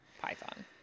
Python